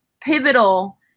pivotal